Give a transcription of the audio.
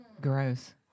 gross